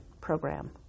program